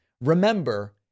Remember